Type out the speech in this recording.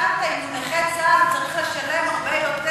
דווקא, אם הוא נכה צה"ל הוא צריך לשלם הרבה יותר,